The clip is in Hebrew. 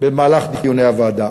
במהלך דיוני הוועדה,